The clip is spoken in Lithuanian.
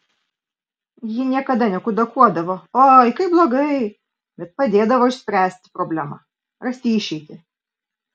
ji niekada nekudakuodavo oi kaip blogai bet padėdavo išspręsti problemą rasti išeitį